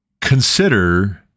Consider